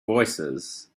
voicesand